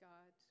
God